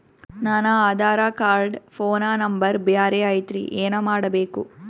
ನನ Aadhaar card phone number ಬ್ಯಾರೆ ಐತ್ರಿ ಏನ ಮಾಡಬೇಕು?